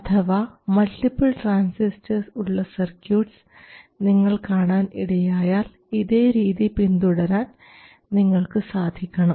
അഥവാ multiple transistors ഉള്ള circuits നിങ്ങൾ കാണാൻ ഇടയായാൽ ഇതേ രീതി പിന്തുടരാൻ നിങ്ങൾക്ക് സാധിക്കണം